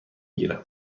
گیرم